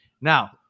Now